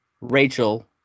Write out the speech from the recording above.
Rachel